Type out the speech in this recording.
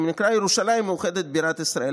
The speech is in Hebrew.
שנקרא "ירושלים המאוחדת בירת ישראל".